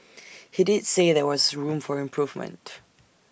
he did say there was room for improvement